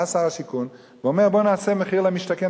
בא שר השיכון ואומר: בואו נעשה מחיר למשתכן,